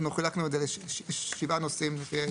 את רוצה עכשיו התייעצות?